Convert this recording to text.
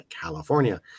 California